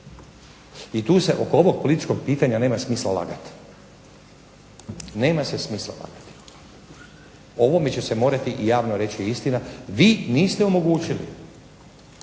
I tu se oko ovog političkog pitanja nema smisla lagati, nema se smisla lagati. O ovome će se morati i javno reći istina, vi niste omogućili